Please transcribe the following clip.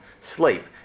sleep